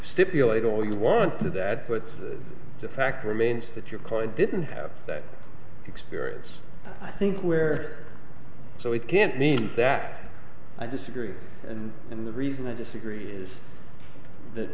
stipulate all you want to that but the fact remains that your client didn't have that experience i think where so it didn't mean that i disagree and and the reason i disagree is that